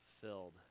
filled